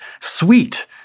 sweet